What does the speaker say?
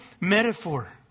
metaphor